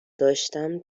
داشتم